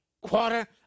quarter